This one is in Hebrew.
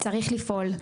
צריך לפעול.